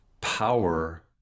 power